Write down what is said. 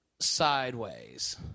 sideways